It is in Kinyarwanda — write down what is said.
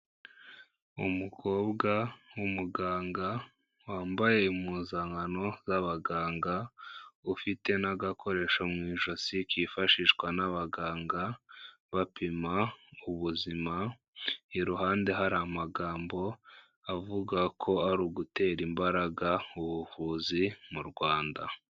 Umukobwa nk'umuganga wambaye impuzankano z'abaganga ufite n'agakoresho mu ijosi kifashishwa n'abaganga bapima ubuzima iruhande hari amagambo avuga ko ari ugutera imbaraga ubuvuzi mu Rwanda.